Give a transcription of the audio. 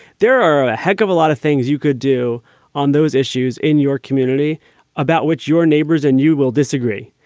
there are a heck of a lot of things you could do on those issues in your community about which your neighbors and you will disagree.